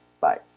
Bye